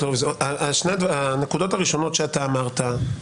הנקודות הראשונות שאתה אמרת,